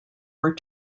were